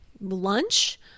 lunch